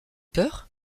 peur